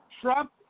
Trump